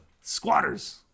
Squatters